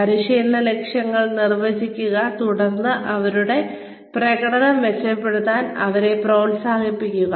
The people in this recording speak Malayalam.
പരിശീലന ലക്ഷ്യങ്ങൾ നിർവചിക്കുക തുടർന്ന് അവരുടെ പ്രകടനം മെച്ചപ്പെടുത്താൻ അവരെ പ്രോത്സാഹിപ്പിക്കുക